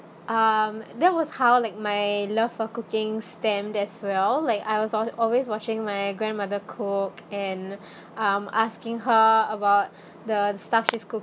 um that was how like my love for cooking stem as well like I was al~ always watching my grandmother cook and um asking her about the stuff she's cook~